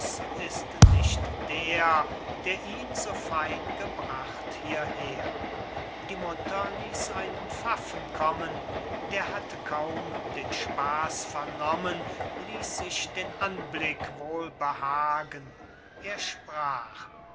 ist nicht der der ihn so fein gebracht hierher die mutter ließ einen pfaffen kommen der hatte kaum den spaß vernommen ließ sich den anblick wohl behagen er sprach